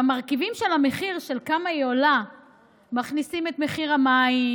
במרכיבים של המחיר של כמה היא עולה מכניסים את מחיר המים,